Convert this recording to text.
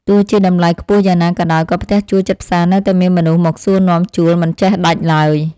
ទោះជាតម្លៃខ្ពស់យ៉ាងណាក៏ដោយក៏ផ្ទះជួលជិតផ្សារនៅតែមានមនុស្សមកសួរនាំជួលមិនចេះដាច់ឡើយ។